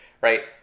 right